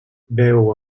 beu